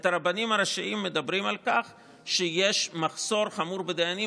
את הרבנים הראשיים מדברים על כך שיש מחסור חמור בדיינים.